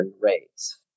rates